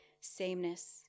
sameness